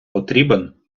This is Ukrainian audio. потрібен